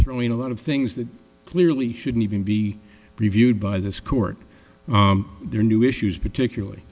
throwing a lot of things that clearly shouldn't even be reviewed by this court their new issues particularly